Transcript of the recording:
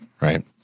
right